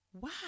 Wow